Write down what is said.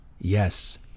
yes